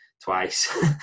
twice